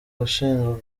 abashinjwa